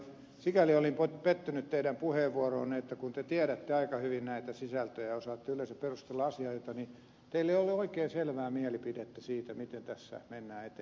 sikäli olin pettynyt teidän puheenvuoroonne että kun te tiedätte aika hyvin näitä sisältöjä ja osaatte yleensä perustella asioita niin teillä ei ollut oikein selvää mielipidettä siitä miten tässä mennään eteenpäin